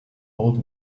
old